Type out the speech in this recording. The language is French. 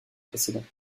précédents